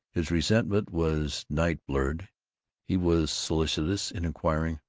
his resentment was night-blurred he was solicitous in inquiring,